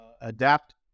adapt